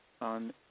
on